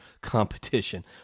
competition